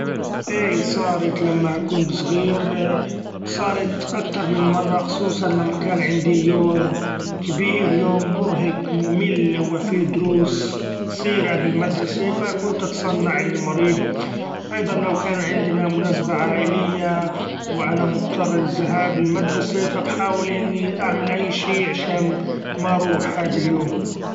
إيي صارت لما كنت صغير صارت أكتر من مره خصوصا لما كان عندي يوم كبير يوم مرهق ممل و في دروس كثيري بالمدرسي ف كنت أتصنع إني مريض ، أيضا لو كان عندنا مناسبة عائلية و أنا مضطر للذهاب للمدرسي ف بحاول إني اعمل أي شي عشان ما روح هاد اليوم.